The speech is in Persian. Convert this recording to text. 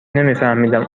نمیفهمیدم